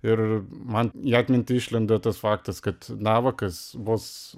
ir man į atmintį išlenda tas faktas kad navakas vos